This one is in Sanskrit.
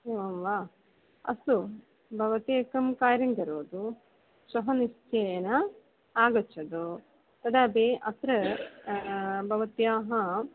एवं वा अस्तु भवती एकं कार्यं करोतु श्वः निश्चयेन आगच्छतु तदपि अत्र भवत्याः